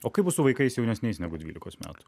o kaip su vaikais jaunesniais negu dvylikos metų